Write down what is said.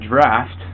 draft